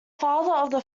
father